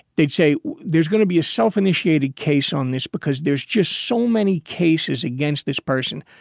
they'd say there's gonna be a self initiated case on this because there's just so many cases against this person.